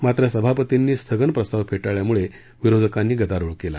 मात्र सभापतींनी स्थगन प्रस्ताव फेटाळल्यामुळे विरोधकांनी गदारोळ केला